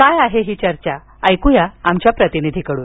काय आहे ही चर्चा ऐकूया आमच्या प्रतिनिधीकडून